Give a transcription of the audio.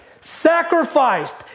sacrificed